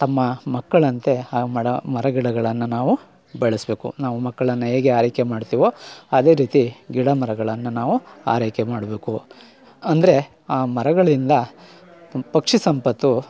ತಮ್ಮ ಮಕ್ಕಳಂತೆ ಆ ಮಳ ಮರಗಿಡಗಳನ್ನು ನಾವು ಬೆಳೆಸಬೇಕು ನಾವು ಮಕ್ಕಳನ್ನು ಹೇಗೆ ಆರೈಕೆ ಮಾಡ್ತೀವೋ ಅದೇ ರೀತಿ ಗಿಡ ಮರಗಳನ್ನು ನಾವು ಆರೈಕೆ ಮಾಡಬೇಕು ಅಂದರೆ ಆ ಮರಗಳಿಂದ ಪಕ್ಷಿ ಸಂಪತ್ತು